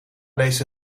deze